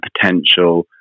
potential